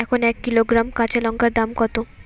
এখন এক কিলোগ্রাম কাঁচা লঙ্কার দাম কত?